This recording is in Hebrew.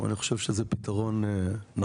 אני חושב שזה פתרון נכון.